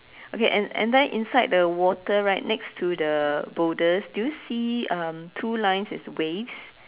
okay and and then inside the water right next to the boulders do you see um two lines as waves